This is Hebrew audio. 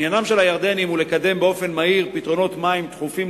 עניינם של הירדנים לקדם באופן מהיר פתרונות מים דחופים